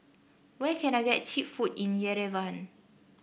where can I get cheap food in Yerevan